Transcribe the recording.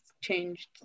changed